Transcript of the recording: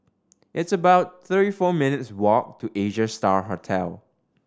it's about thirty four minutes' walk to Asia Star Hotel